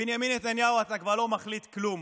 בנימין נתניהו, אתה כבר לא מחליט כלום.